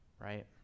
right